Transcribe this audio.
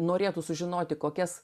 norėtų sužinoti kokias